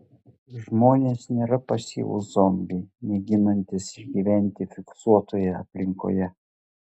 žmonės nėra pasyvūs zombiai mėginantys išgyventi fiksuotoje aplinkoje